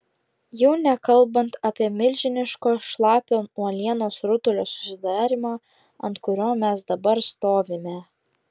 jau nekalbant apie milžiniško šlapio uolienos rutulio susidarymą ant kurio mes dabar stovime